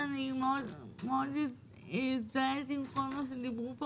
באמת הזדהיתי מאוד עם כל מה שדיברו פה